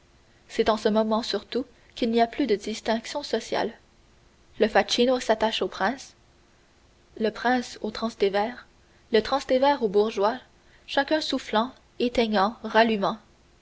c'est en ce moment surtout qu'il n'y a plus de distinction sociale le facchino s'attache au prince le prince au transtévère le transtévère au bourgeois chacun soufflant éteignant rallumant